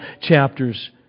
chapters